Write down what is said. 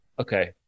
okay